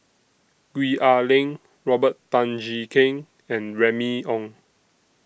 Gwee Ah Leng Robert Tan Jee Keng and Remy Ong